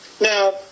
Now